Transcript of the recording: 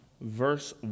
verse